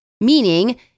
meaning